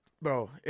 Bro